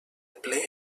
ple